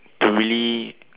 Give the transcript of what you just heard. to really